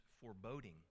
foreboding